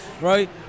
right